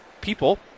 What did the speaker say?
people